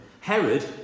Herod